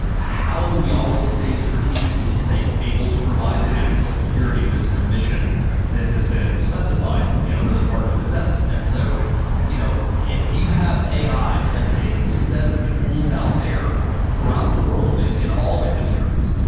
ah how do we always stay strategically safe? able to provide the national security the mission that has been specifi ed you know for the department of defense? and so you know if you have ai as a set of tools out there throughout the world and in all industries,